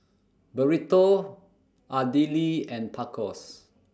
Burrito Idili and Tacos